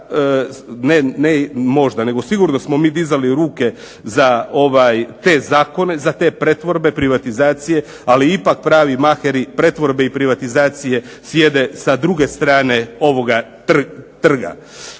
ne možda nego sigurno smo mi dizali ruke za te zakona, za te pretvorbe privatizacije, ali ipak pravi maheri pretvorbe privatizacije sjede sa druge strane ovoga trga.